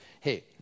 hey